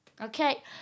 Okay